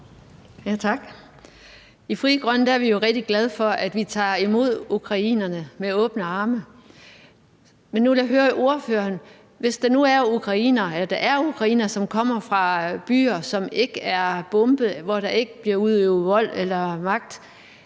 I Frie Grønne er vi jo rigtig glade for, at vi tager imod ukrainerne med åbne arme. Men nu vil jeg høre ordføreren: Hvis der er ukrainere, der kommer fra byer, som ikke er bombet, og hvor der ikke bliver udøvet vold eller magt,